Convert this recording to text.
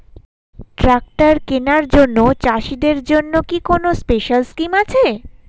Tractor কেনার জন্য চাষিদের জন্য কি কোনো স্পেশাল স্কিম আছে?